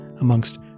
amongst